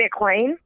Bitcoin